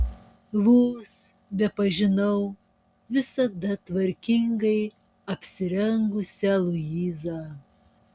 vos bepažinau visada tvarkingai apsirengusią luizą